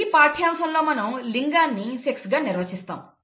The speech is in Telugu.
ఈ పాఠ్యాంశంలో మనం లింగాన్ని సెక్స్ గా నిర్వచిస్తాం